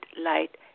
light